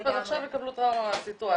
אז עכשיו יקבלו טראומה מהסיטואציה.